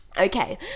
Okay